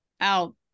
out